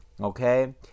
Okay